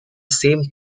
same